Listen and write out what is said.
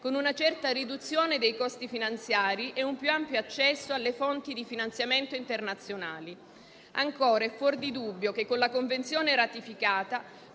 con una certa riduzione dei costi finanziari e un più ampio accesso alle fonti di finanziamento internazionali. Ancora, è fuor di dubbio che con la Convenzione ratificata